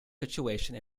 situation